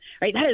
right